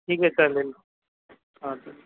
ठीक आहे चालेल हां ठीक